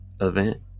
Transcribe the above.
event